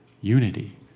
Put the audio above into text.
unity